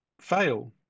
fail